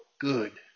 good